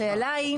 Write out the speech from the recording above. השאלה היא,